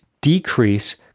decrease